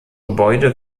gebäude